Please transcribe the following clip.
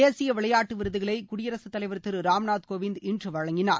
தேசிய விளையாட்டு விருதுகளை குடியரசுத் தலைவர் திரு ராம்நாத் கோவிந்த் இன்று வழங்கினார்